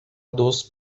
dos